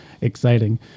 Exciting